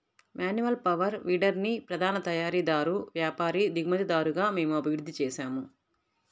manual power వీడర్ని ప్రధాన తయారీదారు, వ్యాపారి, దిగుమతిదారుగా మేము అభివృద్ధి చేసాము